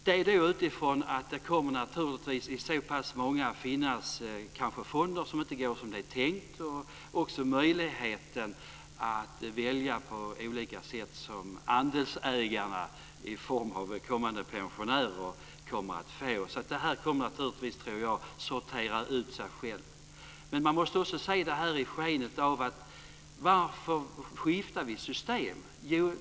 Det kan då finnas fonder där det inte går som det är tänkt. Det ska finnas möjlighet för andelsägare i form av kommande pensionärer att välja på olika sätt. Detta kommer att sortera ut sig självt. Man måste också se detta i skenet av varför vi skiftar system.